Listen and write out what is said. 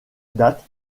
date